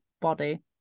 body